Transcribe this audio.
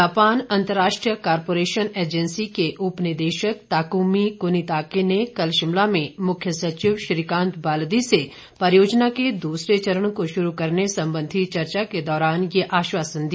Japan अंतरराष्ट्रीय corporation agency के उपनिदेशक ताकुमी कुनिताके ने कल शिमला में मुख्य सचिव श्रीकांत बाल्दी से परियोजना के दूसरे चरण को शुरू करने संबंधी चर्चा के दौरान ये आश्वासन दिया